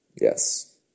Yes